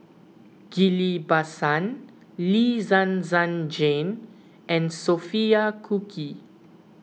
Ghillie Bassan Lee Zhen Zhen Jane and Sophia Cooke